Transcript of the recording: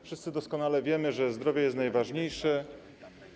Wszyscy doskonale wiemy, że zdrowie jest najważniejsze.